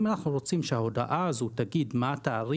אם אנחנו רוצים שההודעה הזאת תגיד מה התעריף